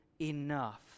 enough